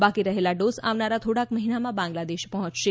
બાકી રહેલા ડોઝ આવનારા થોડાક મહિનામાં બાંગ્લાદેશ પહોંચશે